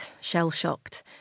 shell-shocked